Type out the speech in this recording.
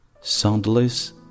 Soundless